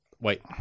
Wait